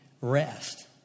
rest